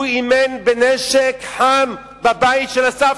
הוא אימן בנשק חם בבית של הסבתא,